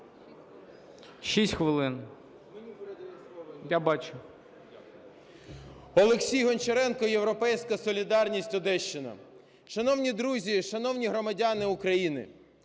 Олексій Гончаренко, "Європейська солідарність", Одещина. Шановні друзі, шановні громадяни України!